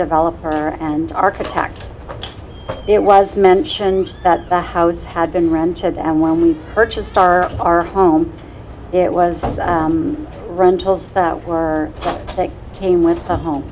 developer and architect it was mentioned that the house had been rented and when we purchased our home it was rentals that were that came with a home